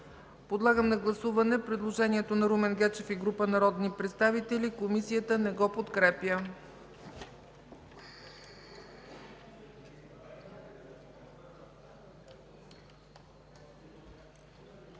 Подлагам на гласуване предложението на Румен Гечев и група народни представители. Комисията не го подкрепя.